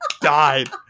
died